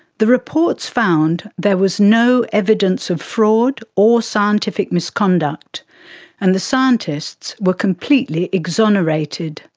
the reports found there was no evidence of fraud or scientific misconduct and the scientists were completely exonerated.